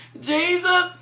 Jesus